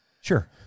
Sure